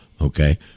okay